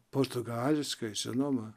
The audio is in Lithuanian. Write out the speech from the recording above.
portugališkai žinoma